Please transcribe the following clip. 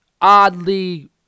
oddly